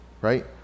right